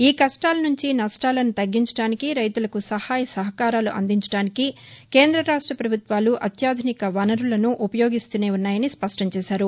ఈ కష్టాల నుంచి నష్టాలను తగ్గించడానికీ రైతులకు సహాయ సహకారాలు అందించడానికీ కేంద్ర రాష్ట పభుత్వాలు అత్యాధునిక వనరులను ఉపయోగిస్తూనే ఉన్నాయని స్పష్టంచేశారు